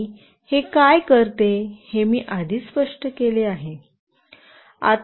आणि हे काय करते हे मी आधीच स्पष्ट केले आहे